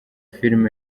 film